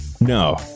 No